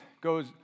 goes